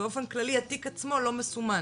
באופן כללי התיק עצמו לא מסומן.